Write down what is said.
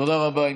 תודה רבה.